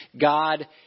God